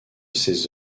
ses